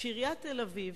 שעיריית תל-אביב,